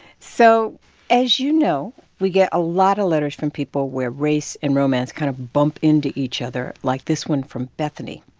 so as you know, we get a lot of letters from people where race and romance kind of bump into each other like this one from bethany.